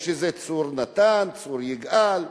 צור-נתן, צור-יגאל,